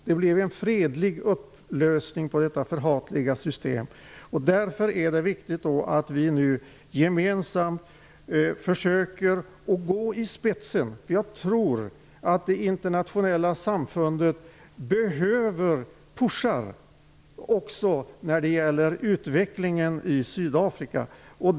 Det blev en fredlig upplösning på det förhatliga systemet. Därför är det viktigt att vi nu gemensamt försöker att gå i spetsen. Jag tror att det internationella samfundet behöver ''pushar'' även när det gäller utvecklingen i Sydafrika.